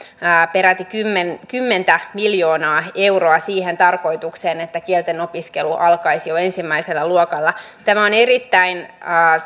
peräti kymmentä miljoonaa euroa siihen tarkoitukseen että kielten opiskelu alkaisi jo ensimmäisellä luokalla tämä on erittäin